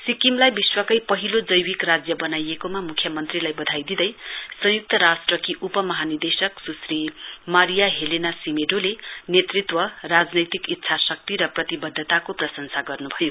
सिक्किमलाई विश्वकै पहिलो जैविक राज्य वनाइएकोमा म्ख्य मन्त्रीलाई वधाई दिँदै संय्क्त राष्ट्रकी उप महानिदेशक स्श्री मारिया हेलेना सिमेडोले नेतृत्व राजनैतिक इच्छाश्क्ति र प्रतिवध्दताको प्रशंसा गर्नुभयो